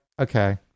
Okay